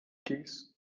keys